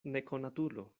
nekonatulo